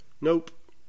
Nope